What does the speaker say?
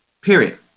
Period